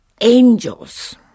angels